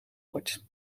wordt